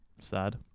Sad